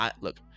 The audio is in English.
look